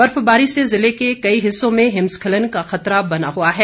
बर्फबारी से जिले के कई हिस्सों में हिमस्खलन का खतरा बना हुआ है